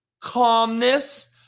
calmness